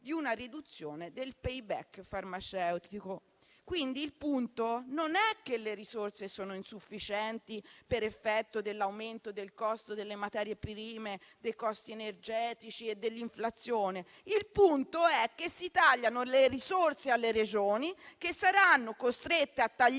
di una riduzione del *payback* farmaceutico. Quindi, il punto non è che le risorse sono insufficienti per effetto dell'aumento del costo delle materie prime, dei costi energetici e dell'inflazione. Il punto è che si tagliano le risorse alle Regioni, che saranno costrette a tagliare